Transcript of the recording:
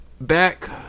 Back